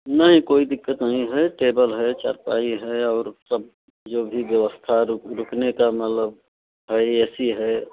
नहीं कोई दिक़्कत नहीं हैं टेबल है चारपाई है और सब जो भी व्यवस्था रुक रुकने का मतलब और ए सी है